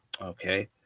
okay